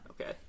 Okay